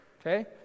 Okay